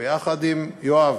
ביחד עם יואב,